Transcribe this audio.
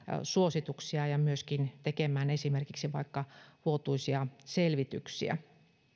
suosituksia ja myöskin tekemään esimerkiksi vaikka vuotuisia selvityksiä